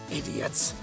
idiots